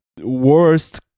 worst